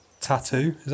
Tattoo